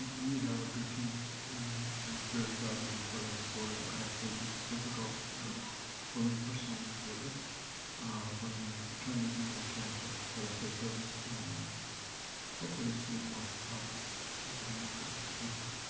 we have a good team and i'm very proud to be part of this board. i think it's difficult for me personally lately but i'm trying to do what i can to try to stay present and hopefully stay more positive as we move forward. thank you.